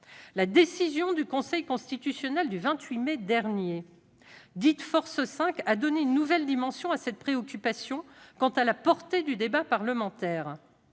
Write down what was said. La décision du Conseil constitutionnel du 28 mai dernier, dite « Force 5 », a donné une nouvelle dimension à cette préoccupation sur la portée du débat parlementaire,